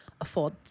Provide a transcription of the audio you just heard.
Afford